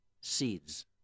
seeds